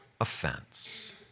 offense